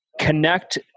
connect